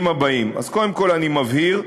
אז קודם כול אני מבהיר: